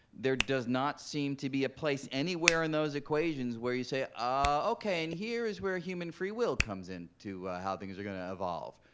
there does not seem to be a place anywhere in those equations where you say, oh, ok, and here is where human free will comes in to how things are going to evolve.